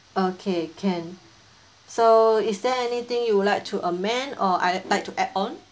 okay can so is there anything you'd like to amend or uh like to add on